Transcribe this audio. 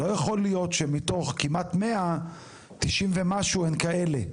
לא יכול להיות שמתוך כמעט 100 90 ומשהו הן כאלה.